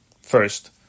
first